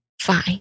fine